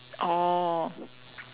oh